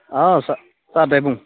अ सार दे बुं